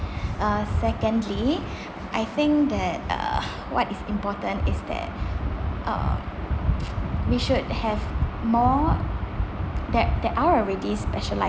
uh secondly I think that uh what is important is that um we should have more ther~ there are already specialise